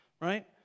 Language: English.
right